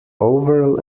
overall